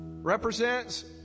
represents